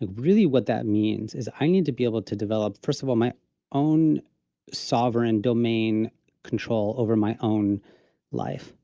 really, what that means is, i need to be able to develop, first of all my own sovereign domain control over my own life,